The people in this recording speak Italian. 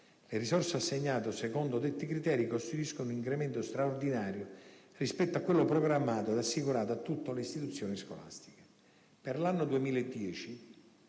Le risorse, assegnate secondo detti criteri, costituiscono un incremento straordinario rispetto a quello programmato ed assicurato a tutte le istituzioni scolastiche. Per l'anno